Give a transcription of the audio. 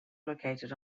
located